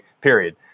period